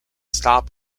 stop